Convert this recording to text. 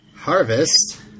Harvest